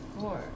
four